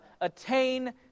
attain